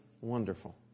wonderful